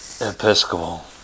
Episcopal